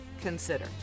consider